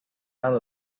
out